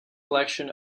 collection